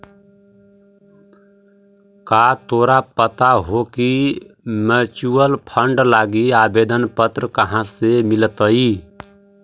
का तोरा पता हो की म्यूचूअल फंड लागी आवेदन पत्र कहाँ से मिलतई?